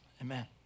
Amen